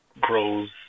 grows